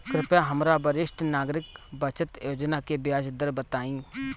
कृपया हमरा वरिष्ठ नागरिक बचत योजना के ब्याज दर बताइं